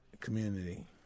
community